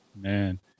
man